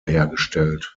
hergestellt